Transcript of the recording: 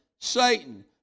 Satan